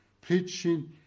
preaching